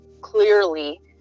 clearly